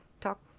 talk